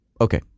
okay